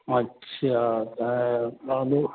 अच्छा त हलो